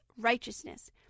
righteousness